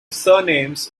surnames